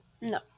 no